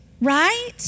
Right